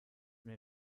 mir